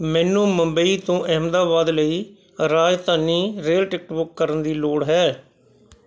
ਮੈਨੂੰ ਮੁੰਬਈ ਤੋਂ ਅਹਿਮਦਾਬਾਦ ਲਈ ਰਾਜਧਾਨੀ ਰੇਲ ਟਿਕਟ ਬੁੱਕ ਕਰਨ ਦੀ ਲੋੜ ਹੈ